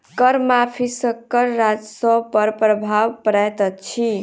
कर माफ़ी सॅ कर राजस्व पर प्रभाव पड़ैत अछि